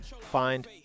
find